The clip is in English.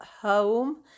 home